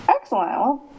Excellent